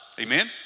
amen